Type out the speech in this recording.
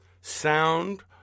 Sound